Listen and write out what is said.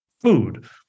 food